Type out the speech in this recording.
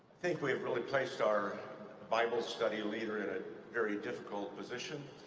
think we've really placed our bible study leader in a very difficult position.